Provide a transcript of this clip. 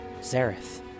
Zareth